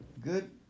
good